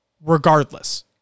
regardless